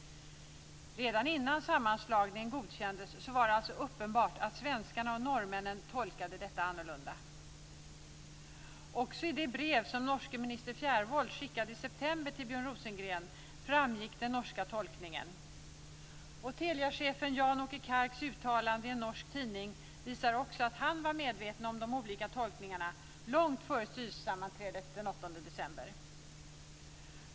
Redan innan sammanslagningen godkändes var det alltså uppenbart att svenskarna och norrmännen tolkade detta på olika sätt. Också i det brev som norske ministern Fjaervoll skickade i september till Björn Rosengren framgick den norska tolkningen. Och Teliachefen Jan-Åke Karks uttalande i en norsk tidning visar också att han var medveten om de olika tolkningarna långt före styrelsesammanträdet den 8 december.